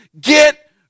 get